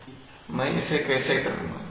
कि मैं इसे कैसे करूंगा